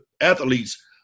athletes